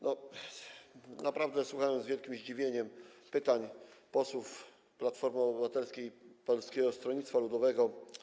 Naprawdę słuchałem z wielkim zdziwieniem pytań posłów Platformy Obywatelskiej i Polskiego Stronnictwa Ludowego.